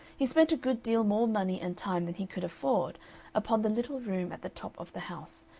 he spent a good deal more money and time than he could afford upon the little room at the top of the house,